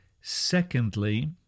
Secondly